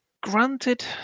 Granted